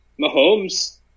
Mahomes